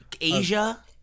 Asia